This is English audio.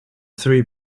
three